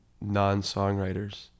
non-songwriters